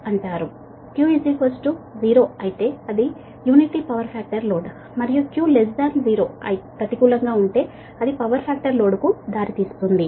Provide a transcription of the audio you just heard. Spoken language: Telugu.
Q 0 అయితే అది యూనిటీ పవర్ ఫాక్టర్ లోడ్ మరియు Q 0 ప్రతికూలంగా ఉంటే అది పవర్ ఫాక్టర్ లోడ్ కు దారితీస్తుంది